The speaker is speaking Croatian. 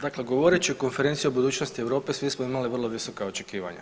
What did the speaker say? Dakle, govoreći o Konferenciji o budućnosti Europe svi smo imali vrlo visoka očekivanja.